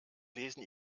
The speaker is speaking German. lesen